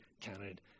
counted